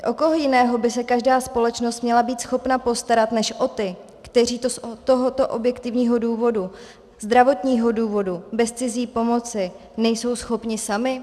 O koho jiného by se každá společnost měla být schopna postarat než o ty, kteří to z tohoto objektivního důvodu, zdravotního důvodu, bez cizí pomoci nejsou schopni sami?